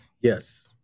Yes